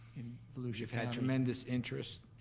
in volusia you've had tremendous interest.